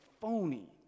phony